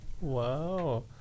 Wow